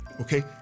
Okay